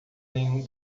nenhum